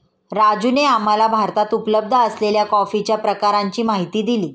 राजूने आम्हाला भारतात उपलब्ध असलेल्या कॉफीच्या प्रकारांची माहिती दिली